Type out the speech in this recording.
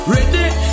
Ready